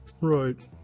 Right